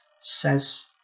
says